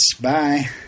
Bye